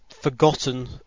forgotten